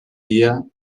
dia